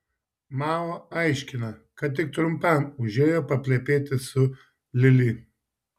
mao aiškina kad tik trumpam užėjo paplepėti su lili